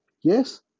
Yes